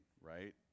right